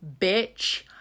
bitch